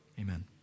Amen